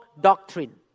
doctrine